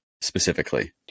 specifically